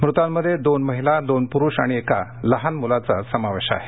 मृतांमध्ये दोन महिला दोन पुरुष आणि एका लहान मुलाचा समावेश आहे